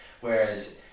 Whereas